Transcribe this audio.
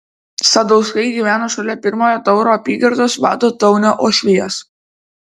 sadauskai gyveno šalia pirmojo tauro apygardos vado taunio uošvijos